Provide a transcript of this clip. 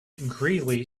greely